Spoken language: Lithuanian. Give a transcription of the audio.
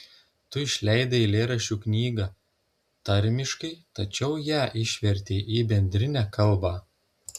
tu išleidai eilėraščių knygą tarmiškai tačiau ją išvertei į bendrinę kalbą